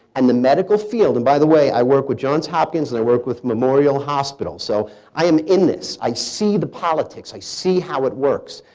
and the medical field, and by the way, i work with johns hopkins and i work with memorial hospital, so i am in this. i see the politics. i see how it works.